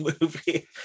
movie